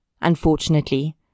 Unfortunately